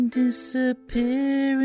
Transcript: disappear